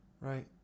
right